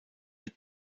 mehr